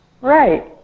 Right